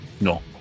No